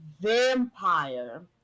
vampire